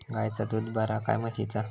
गायचा दूध बरा काय म्हशीचा?